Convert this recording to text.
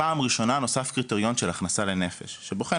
פעם ראשונה נוסף קריטריון של הכנסה לנפש שבוחן